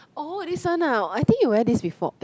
oh this one ah I think you wear this before